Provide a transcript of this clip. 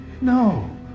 No